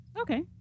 Okay